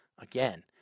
again